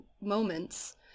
moments